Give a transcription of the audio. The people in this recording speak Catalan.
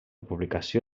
publicació